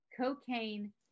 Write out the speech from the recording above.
cocaine